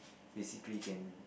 basically you can